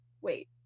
wait